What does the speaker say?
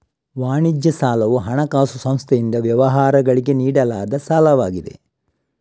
ವಾಣಿಜ್ಯ ಸಾಲವು ಹಣಕಾಸು ಸಂಸ್ಥೆಯಿಂದ ವ್ಯವಹಾರಗಳಿಗೆ ನೀಡಲಾದ ಸಾಲವಾಗಿದೆ